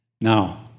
Now